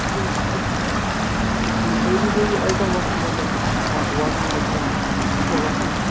یِم یِم یِم ہیوِی ہیوِی آیٚٹم وۅتھان مطلب یِم واشِنٛگ مِشیٖن یِم چھا وۅتھان